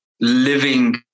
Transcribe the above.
living